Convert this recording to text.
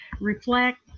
reflect